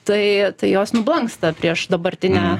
tai jos nublanksta prieš dabartinę